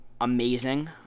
amazing